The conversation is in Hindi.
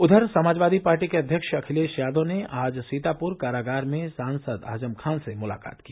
उधर समाजवादी पार्टी के अध्यक्ष अखिलेश यादव ने आज सीताप्र कारागार में सांसद आजम खान से मुलाकात की